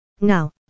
Now